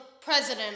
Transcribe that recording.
president